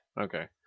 Okay